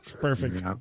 Perfect